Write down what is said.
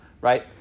right